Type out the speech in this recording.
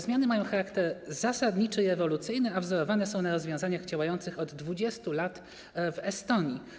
Zmiany mają charakter zasadniczy i ewolucyjny, a wzorowane są na rozwiązaniach działających od 20 lat w Estonii.